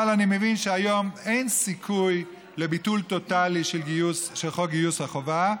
אבל אני מבין שהיום אין סיכוי לביטול טוטלי של חוק גיוס החובה.